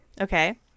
Okay